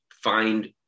find